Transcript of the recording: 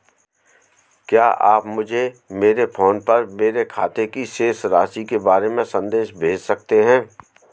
क्या आप मुझे मेरे फ़ोन पर मेरे खाते की शेष राशि के बारे में संदेश भेज सकते हैं?